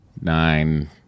nine